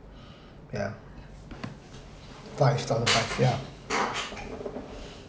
ya five thousand five ya